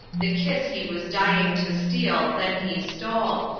the kiss he was dying to steal, then he stole,